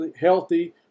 healthy